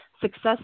success